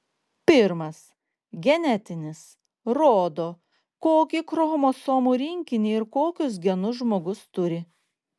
pirmas genetinis rodo kokį chromosomų rinkinį ir kokius genus žmogus turi